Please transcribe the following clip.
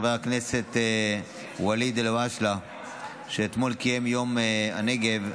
חבר הכנסת ואליד אל-הואשלה אתמול קיים את יום הנגב,